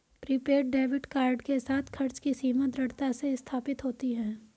prepaid debit card के साथ, खर्च की सीमा दृढ़ता से स्थापित होती है